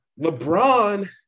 LeBron